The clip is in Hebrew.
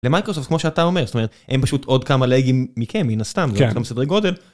‫למייקרוסופט, כמו שאתה אומר, זאת אומרת, ‫הם פשוט עוד כמה לגים מכם, ‫מן הסתם, זה לא אותם סדרי גודל. ‫-כן.